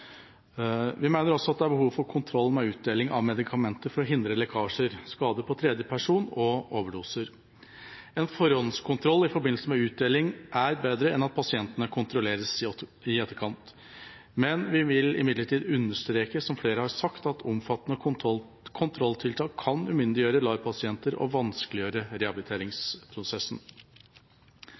utdeling av medikamenter for å hindre lekkasjer, skade på tredjeperson og overdoser. En forhåndskontroll i forbindelse med utdeling er bedre enn at pasientene kontrolleres i etterkant. Men vi vil imidlertid understreke, som flere har sagt, at omfattende kontrolltiltak kan umyndiggjøre LAR-pasienter og vanskeliggjøre rehabiliteringsprosessen.